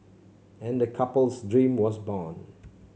and the couple's dream was born